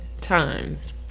times